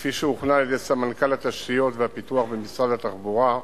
כפי שהוכנה על-ידי סמנכ"ל התשתיות והפיתוח במשרד התחבורה: